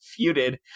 feuded